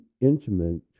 intimate